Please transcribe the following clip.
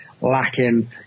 lacking